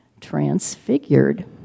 transfigured